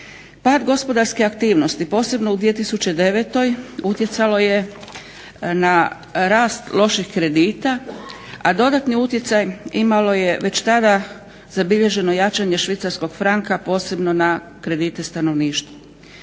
Pad gospodarske aktivnosti posebno u 2009. godini utjecalo je na rast loših kredita, a dodatni utjecaj imalo već tada zabilježeno jačanje švicarskog franka posebno na kredite stanovništvu.